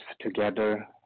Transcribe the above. together